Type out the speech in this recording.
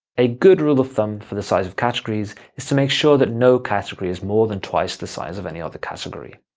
a good rule of thumb for the size of categories is to make sure that no category is more than twice the size of any other category.